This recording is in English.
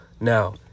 Now